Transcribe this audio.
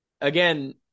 again